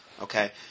okay